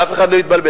שאף אחד לא יתבלבל.